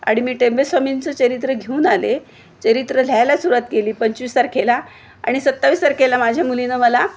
आणि मी टेंबे स्वामींचं चरित्र घेऊन आले चरित्र लिहायला सुरवात केली पंचवीस तारखेला आणि सत्तावीस तारखेला माझ्या मुलीनं मला